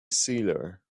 sealer